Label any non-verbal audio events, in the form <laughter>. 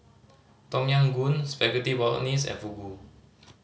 <noise> Tom Yam Goong Spaghetti Bolognese and Fugu <noise>